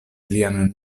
lian